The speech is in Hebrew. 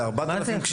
ל-4,000?